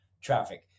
traffic